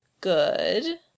good